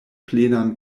plenan